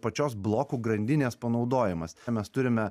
pačios blokų grandinės panaudojimas mes turime